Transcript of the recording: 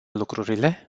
lucrurile